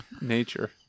Nature